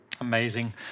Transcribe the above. amazing